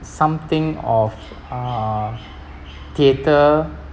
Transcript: something of uh theatre